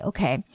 Okay